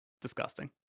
Disgusting